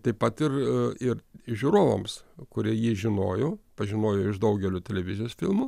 taip pat ir ir žiūrovams kurie jį žinojo pažinojo iš daugelio televizijos filmų